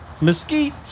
Mesquite